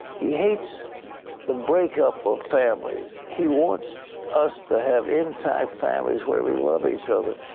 he hates the breakup of families. he wants us to have entire families where we love each other.